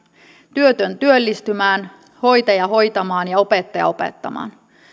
työtön työllistymään hoitaja hoitamaan ja opettaja opettamaan